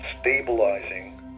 stabilizing